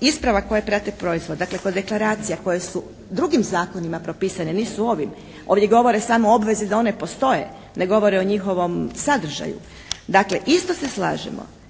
isprava koje prate proizvod, dakle kod deklaracije koje su drugim zakonima propisane, nisu ovim, ovdje govore samo obveze da one postoje, ne govore o njihovom sadržaju. Dakle isto se slažemo